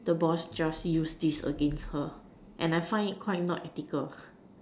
the boss just use this against her and I find it quite not ethical